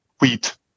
Wheat